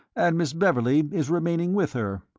and miss beverley is remaining with her.